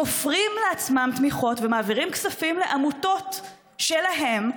תופרים לעצמם תמיכות ומעבירים כספים לעמותות שלהם,